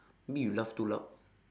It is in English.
maybe you laugh too loud